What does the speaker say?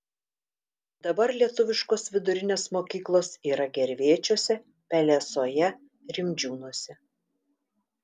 dabar lietuviškos vidurinės mokyklos yra gervėčiuose pelesoje rimdžiūnuose